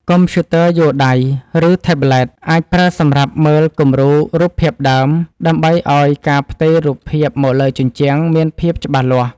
កុំព្យូទ័រយួរដៃ ឬថេប្លេត អាចប្រើសម្រាប់មើលគំរូរូបភាពដើម ដើម្បីឱ្យការផ្ទេររូបភាពមកលើជញ្ជាំងមានភាពច្បាស់លាស់។